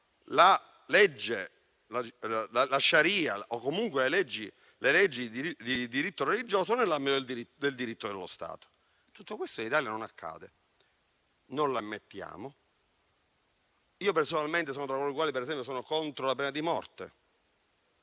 applicano la *sharia,* o comunque le leggi di diritto religioso, nell'ambito del diritto dello Stato. Tutto questo in Italia non accade, non lo ammettiamo. Personalmente, sono tra coloro i quali, per esempio, sono contro la pena di morte,